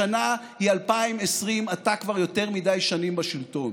השנה היא 2020. אתה כבר יותר מדי שנים בשלטון.